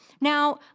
now